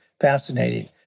Fascinating